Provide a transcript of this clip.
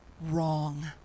wrong